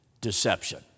Deception